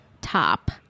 Top